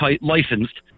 licensed